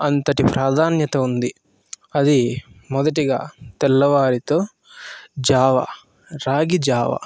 అంతటి ప్రాధాన్యత ఉంది అది మొదటిగా తెల్లవారితే జావ రాగి జావ